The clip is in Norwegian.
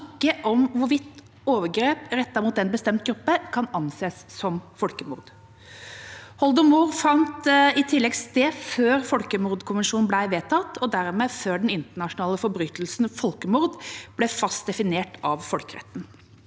ikke om hvorvidt overgrep rettet mot en bestemt gruppe kan anses som folkemord. Holodomor fant i tillegg sted før folkemordkonvensjonen ble vedtatt, og dermed før den internasjonale forbrytelsen folkemord ble fast definert av folkeretten.